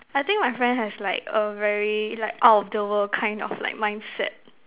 I think my friend has like a very like out of the world kind of like mindset